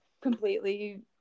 completely